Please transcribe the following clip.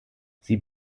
sie